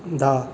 धा